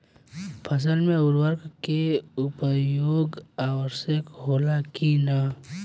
फसल में उर्वरक के उपयोग आवश्यक होला कि न?